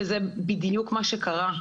זה בדיוק מה שקרה.